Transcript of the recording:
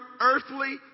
earthly